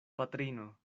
patrino